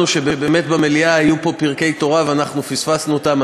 שבאמת במליאה היו פה פרקי תורה ואנחנו פספסנו אותם.